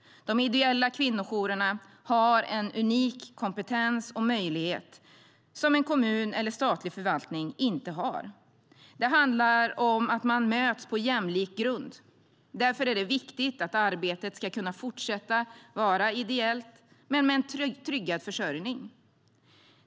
De ideella kvinnojourerna har en unik kompetens och möjlighet som en kommun eller statlig förvaltning inte har. Det handlar om att man möts på jämlik grund. Därför är det viktigt att arbetet ska kunna fortsätta vara ideellt, men med en tryggad försörjning.